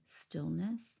stillness